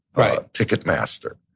right. ticketmaster.